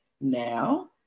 now